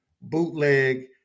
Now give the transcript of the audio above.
bootleg